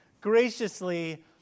graciously